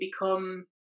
become